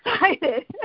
excited